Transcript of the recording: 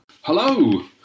Hello